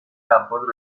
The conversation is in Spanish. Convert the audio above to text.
campos